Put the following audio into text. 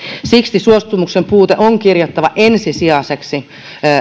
siksi suostumuksen puute on kirjattava ensisijaiseksi